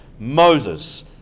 Moses